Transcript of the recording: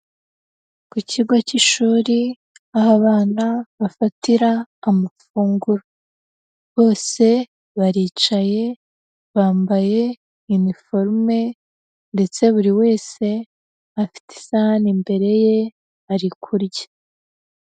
Ku kigo cy'ishuri aho abana bafatira amafunguro. Bose baricaye, bambaye iniforume ndetse buri wese afite isahani imbere ye ari kurya.